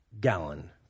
gallon